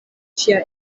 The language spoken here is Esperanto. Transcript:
ŝia